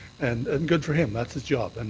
and good for him. that's his job. and